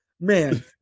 man